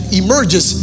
emerges